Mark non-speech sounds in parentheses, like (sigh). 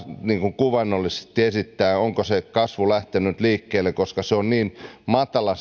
kuvaannollisesti esittää onko kasvu lähtenyt liikkeelle koska se tuloerojen kasvu on niin matala (unintelligible)